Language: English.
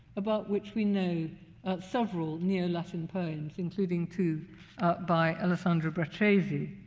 about which we know of several neo-latin poems, including two by alessandro braccesi.